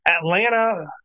atlanta